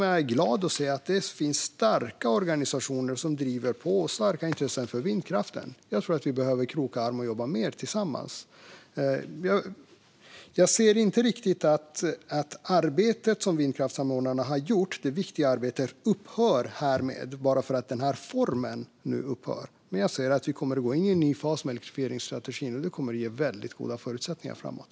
Jag är glad att se att det finns starka organisationer som driver på och starka intressen för vindkraften. Jag tror att vi behöver kroka arm och jobba mer tillsammans. Jag ser inte riktigt att det viktiga arbete som vindkraftssamordnarna har gjort härmed upphör, bara för att den här formen upphör. Vi kommer att gå in i en ny fas med elektrifieringsstrategin, och det kommer att ge väldigt goda förutsättningar framåt.